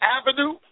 Avenue